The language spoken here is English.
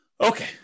Okay